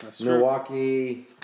Milwaukee